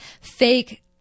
fake